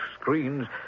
screens